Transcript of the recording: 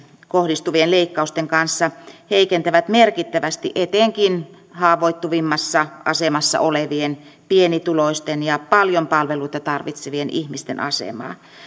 kohdistuvien leikkausten kanssa heikentävät merkittävästi etenkin haavoittuvimmassa asemassa olevien pienituloisten ja paljon palveluita tarvitsevien ihmisten asemaa